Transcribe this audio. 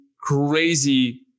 crazy